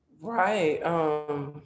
Right